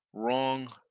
Wrong